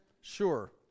sure